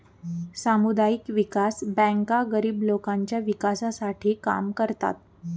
सामुदायिक विकास बँका गरीब लोकांच्या विकासासाठी काम करतात